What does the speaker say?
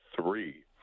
three